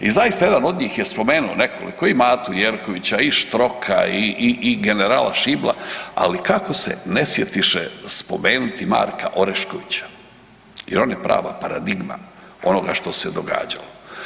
I zaista jedan od njih je spomenuo nekoliko i Matu Jerkovića i Štroka i generala Šibla, ali kako se ne sjetiše spomenuti Marka Oreškovića jer on je prava paradigma onoga što se događalo.